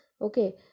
okay